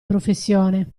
professione